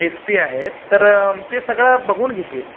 S P आहेत तर ते सगळं बघून घेतील